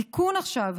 התיקון עכשיו,